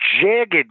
jagged